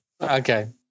Okay